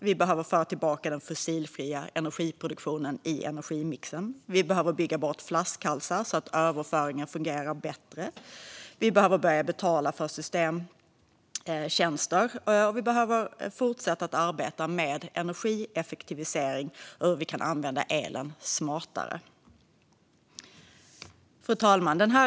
Vi behöver föra tillbaka den fossilfria energiproduktionen i energimixen. Vi behöver bygga bort flaskhalsar så att överföringen fungerar bättre. Vi behöver börja betala för systemtjänster. Vi behöver fortsätta att arbeta med energieffektivisering och hur vi kan använda elen smartare. Fru talman!